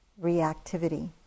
reactivity